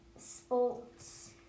Sports